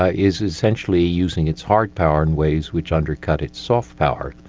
ah is essentially using its hard power in ways which undercut its soft power.